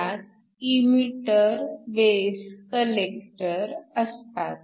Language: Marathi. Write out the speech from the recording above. त्यात इमीटर बेस कलेक्टर असतात